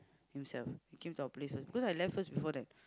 himself he came to our place first because I left first before that